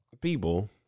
people